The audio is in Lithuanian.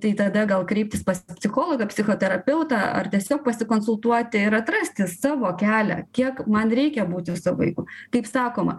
tai tada gal kreiptis pas psichologą psichoterapeutą ar tiesiog pasikonsultuoti ir atrasti savo kelią kiek man reikia būti su vaiku kaip sakoma